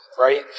right